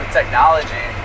technology